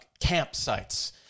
campsites